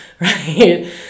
right